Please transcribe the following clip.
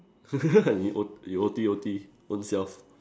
you ot~ O T O T own self